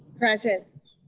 present.